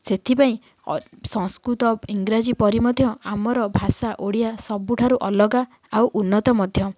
ସେଥିପାଇଁ ସଂସ୍କୃତ ଇଂରାଜୀ ପରି ମଧ୍ୟ ଆମର ଭାଷା ଓଡ଼ିଆ ସବୁଠାରୁ ଅଲଗା ଆଉ ଉନ୍ନତ ମଧ୍ୟ